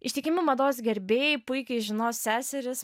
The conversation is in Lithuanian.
ištikimi mados gerbėjai puikiai žinos seseris